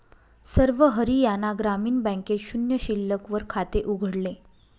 सर्व हरियाणा ग्रामीण बँकेत शून्य शिल्लक वर खाते उघडले